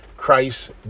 Christ